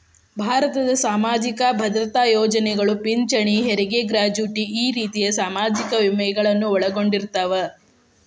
ಭಾರತದ್ ಸಾಮಾಜಿಕ ಭದ್ರತಾ ಯೋಜನೆಗಳು ಪಿಂಚಣಿ ಹೆರಗಿ ಗ್ರಾಚುಟಿ ಈ ರೇತಿ ಸಾಮಾಜಿಕ ವಿಮೆಗಳನ್ನು ಒಳಗೊಂಡಿರ್ತವ